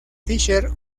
fisher